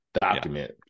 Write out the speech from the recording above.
document